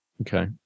okay